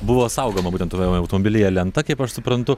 buvo saugoma būtent tame automobilyje lenta kaip aš suprantu